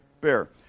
bear